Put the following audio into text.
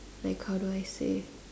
like how do I say